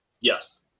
yes